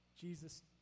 Jesus